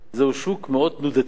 זהו שוק מאוד תנודתי.